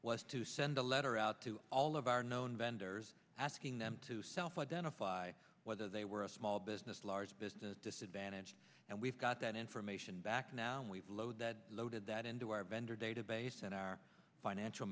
was to send a letter out to all of our known vendors asking them to self identify whether they were a small business large business disadvantage and we've got that information back now and we load that loaded that into our vendor database and our financial